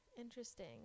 interesting